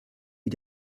wie